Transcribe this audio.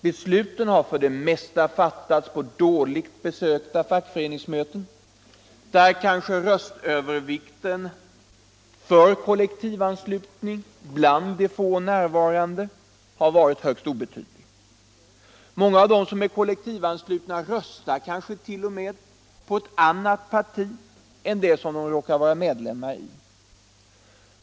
Besluten har för det mesta fattats på dåligt besökta fackföreningsmöten, där kanske röstövervikten för kollektivanslutning bland de få närvarande har varit högst obetydlig. Många av dem som är kollektivanslutna röstar kanske t.o.m. på ett annat parti än det de råkar vara medlemmar i.